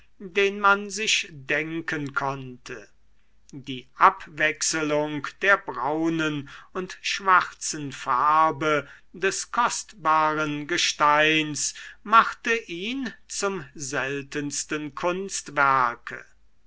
den man sich denken konnte die abwechselung der braunen und schwarzen farbe des kostbaren gesteins machte ihn zum seltensten kunstwerke